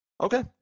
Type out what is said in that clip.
Okay